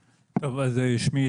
בבקשה.